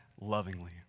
lovingly